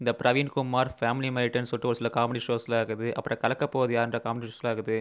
இந்த பிரவீன் குமார் ஃபேமிலிமேட்டுனு சொல்லிட்டு ஒரு சில காமெடி ஷோஷ்லலாம் இருக்குது அப்புறம் கலக்கப் போவது யார் என்ற காமெடி ஷோஷ்லலாம் இருக்குது